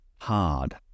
hard